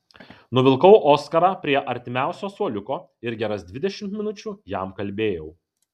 nuvilkau oskarą prie artimiausio suoliuko ir geras dvidešimt minučių jam kalbėjau